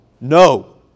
No